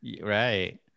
Right